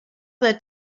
that